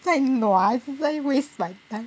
在 nua 一直在 waste my time